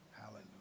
Hallelujah